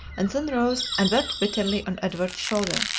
and then rose and wept bitterly on edward's shoulder.